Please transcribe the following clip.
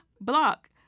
block